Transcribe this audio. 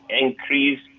increase